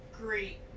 great